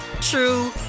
true